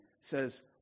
says